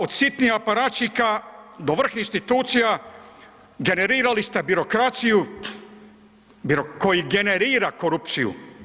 Od sitnih aparatića do vrha institucija generirali ste birokraciju koji generira korupciju.